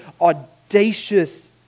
audacious